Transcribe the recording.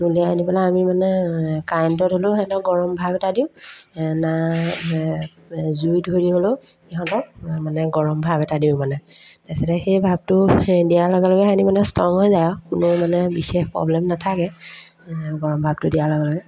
উলিয়াই আনি পেলাই আমি মানে কাৰেণ্টত হ'লেও সিহঁতক গৰম ভাৱ এটা দিওঁ না এই জুই ধৰি হ'লেও সিহঁতক মানে গৰম ভাৱ এটা দিওঁ মানে তাৰপিছতে সেই ভাৱটো সেই দিয়াৰ লগে লগে সিহঁতি মানে ষ্ট্ৰং হৈ যায় আৰু কোনো মানে বিশেষ প্ৰব্লেম নাথাকে গৰম ভাৱটো দিয়াৰ লগে লগে